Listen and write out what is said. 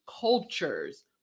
cultures